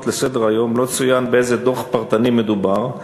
לסדר-היום לא צוין באיזה דוח פרטני מדובר.